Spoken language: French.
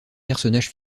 personnage